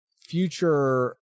future